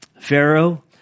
Pharaoh